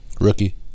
Rookie